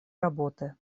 работы